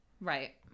Right